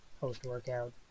post-workout